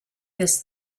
this